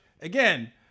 again